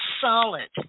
solid